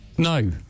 No